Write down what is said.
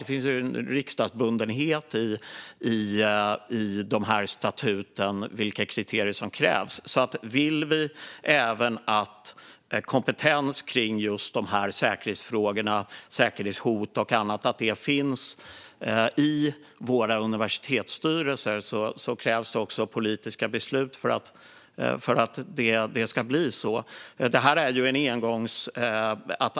Det finns en riksdagsbundenhet i statuten när det gäller vilka kriterier som krävs, så vill vi att kompetens i de här säkerhetsfrågorna - säkerhetshot och annat - finns i våra universitetsstyrelser krävs det politiska beslut för att det ska bli så.